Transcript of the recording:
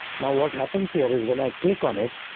now what happens here is when i click on it.